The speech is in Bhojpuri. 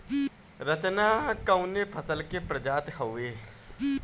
रचना कवने फसल के प्रजाति हयुए?